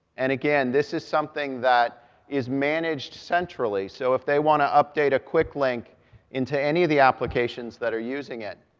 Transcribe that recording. and again this is something that is managed centrally, so if they want ah update a quick link into any of the applications that are using it,